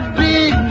big